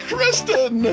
Kristen